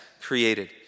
created